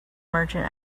merchant